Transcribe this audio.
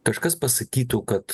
kažkas pasakytų kad